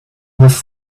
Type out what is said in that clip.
was